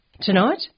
Tonight